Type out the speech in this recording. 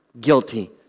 guilty